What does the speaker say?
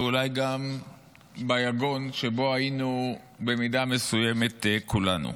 ואולי גם ביגון שבו היינו במידה מסוימת כולנו.